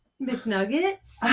McNuggets